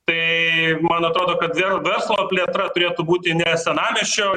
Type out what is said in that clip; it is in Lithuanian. tai man atrodo kad vėl verslo plėtra turėtų būti ne senamiesčio